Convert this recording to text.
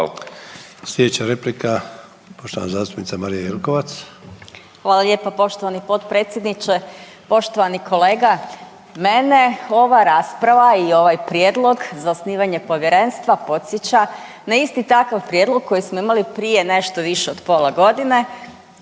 Slijedeća replika poštovana zastupnica Marija Jelkovac.